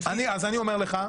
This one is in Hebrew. אז אני אומר לך.